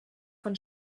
von